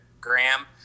Graham